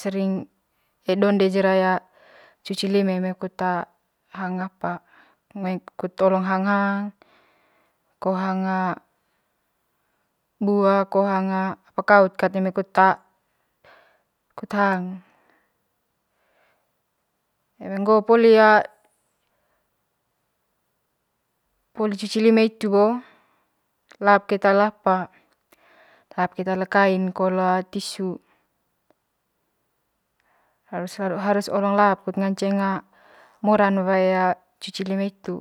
sering ai donde jera cuci lime eme kut hang apa kut hang hang ko hang a bua ko hang a apa kaut eme kut hang hang eme ngo'o poli poli cuci lime hitu bo lap keta le apa lap keta le kain ko le tisu lapn kut ngance a moran wae cuci lime hitu.